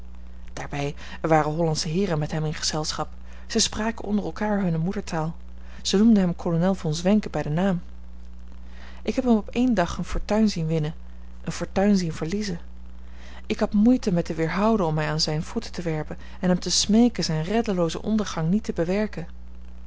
er waren hollandsche heeren met hem in gezelschap zij spraken onder elkander hunne moedertaal zij noemden hem kolonel von zwenken bij den naam ik heb hem op één dag eene fortuin zien winnen eene fortuin zien verliezen ik had moeite mij te weerhouden om mij aan zijne voeten te werpen en hem te smeeken zijn reddeloozen ondergang niet te bewerken